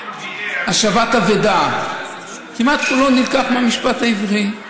השבת אבדה, כמעט כולו נלקח מהמשפט העברי,